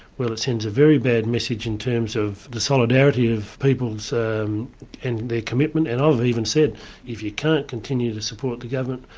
well it sends a very bad message in terms of the solidarity of people's um and commitment, and i've even said if you can't continue to support the government,